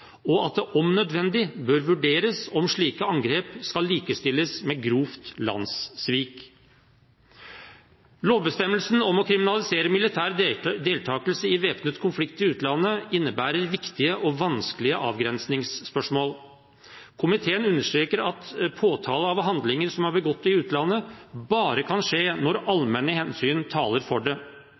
og at det om nødvendig bør vurderes om slike angrep skal likestilles med grovt landssvik. Lovbestemmelsen om å kriminalisere militær deltakelse i væpnet konflikt i utlandet innebærer viktige og vanskelige avgrensningsspørsmål. Komiteen understreker at påtale av handlinger som er begått i utlandet, bare kan skje når allmenne hensyn taler for det.